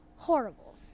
Horrible